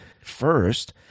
first